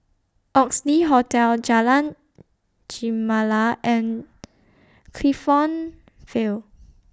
Oxley Hotel Jalan Gemala and Clifton Vale